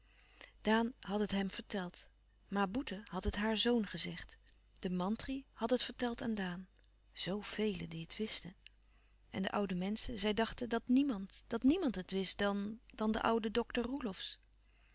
daan had het hem verteld ma boeten had het haar zoon gezegd de mantri had het verteld aan daan zoo velen die het wisten en de oude menschen zij dachten dat niemand dat niemand het wist dan dan de oude dokter roelofsz